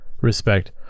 respect